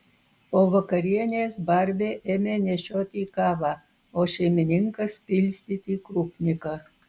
po vakarienės barbė ėmė nešioti kavą o šeimininkas pilstyti krupniką